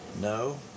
no